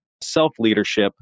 self-leadership